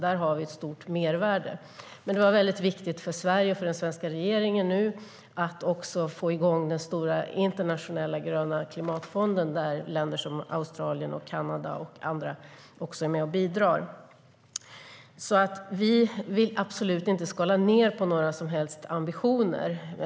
Där har vi ett stort mervärde. Men det var mycket viktigt för Sverige och den svenska regeringen att också få igång den stora internationella fonden, Gröna klimatfonden, där länder som Australien, Kanada och andra också är med och bidrar. Vi vill absolut inte skala ned på några som helst ambitioner.